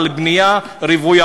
על בנייה רוויה,